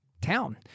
town